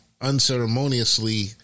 unceremoniously